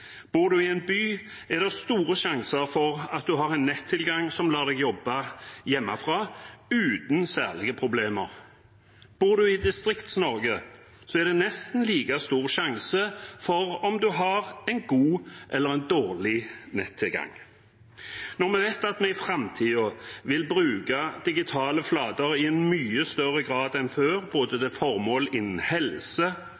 Bor du i en by, er det store sjanser for at du har en nettilgang som lar deg jobbe hjemmefra uten særlige problemer. Bor du i Distrikts-Norge, er det nesten like stor sjanse for at du har god som at du har dårlig nettilgang. Når vi vet at vi i framtiden vil bruke digitale flater i mye større grad enn før, både